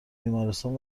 بیمارستان